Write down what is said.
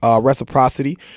reciprocity